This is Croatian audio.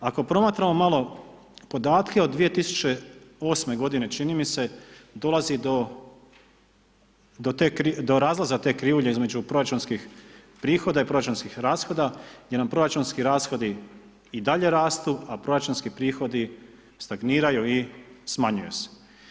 Ako promatramo malo podatke od 2008. g. čini mi se, dolazi do razlaza te krivulje između proračunskih prihoda i proračunskih rashoda, gdje nam proračunski rashodi i dalju rastu, a proračunski prihodi stagniraju i smanjuju se.